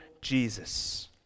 Jesus